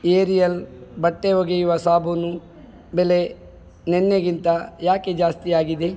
aerial ಬಟ್ಟೆ ಒಗೆಯುವ ಸಾಬೂನು ಬೆಲೆ ನಿನ್ನೆಗಿಂತ ಏಕೆ ಜಾಸ್ತಿಯಾಗಿದೆ